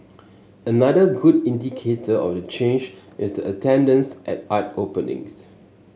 another good indicator of the change is the attendance at art openings